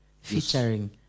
featuring